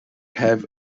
have